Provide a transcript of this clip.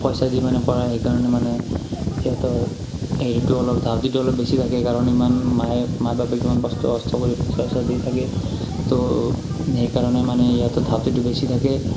পইচা দি মানে পঢ়াই সেইকাৰণে মানে সিহঁতৰ হেৰিটো অলপ ধাউতিটো অলপ বেছি থাকে কাৰণ ইমান মায়ে মা বাপেকে ইমান কষ্ট কষ্ট কৰি পইচা চইচা দি থাকে তো সেইকাৰণে মানে ইয়াত ধাউতিটো বেছি থাকে